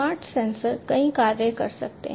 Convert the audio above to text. smart sensor कई कार्य कर सकते हैं